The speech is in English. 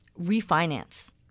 refinance